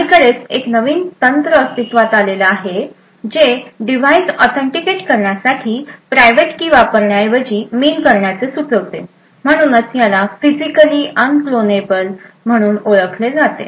अलीकडेच एक नवीन तंत्र अस्तित्त्वात आले आहे जे डिव्हाइस ऑथेंटिकेट करण्यासाठी प्रायव्हेट की वापरण्याऐवजी मीन करण्याचे सुचवते म्हणूनच याला फिजिकली अनक्लोनेबल म्हणून ओळखले जाते